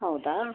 ಹೌದಾ